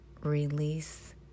Release